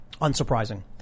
Unsurprising